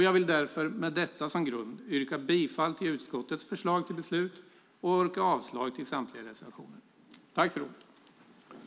Jag vill med detta som grund yrka bifall till utskottets förslag till beslut och yrka avslag på samtliga reservationer.